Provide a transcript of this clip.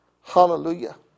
Hallelujah